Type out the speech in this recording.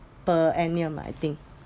per annum I think